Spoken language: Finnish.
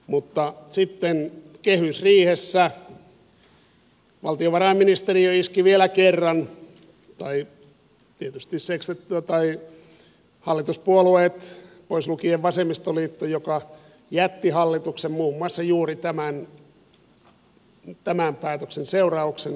mutta sitten kehysriihessä valtiovarainministeriö iski vielä kerran tai tietysti hallituspuolueet pois lukien vasemmistoliitto joka jätti hallituksen muun muassa juuri tämän päätöksen seurauksena